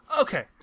Okay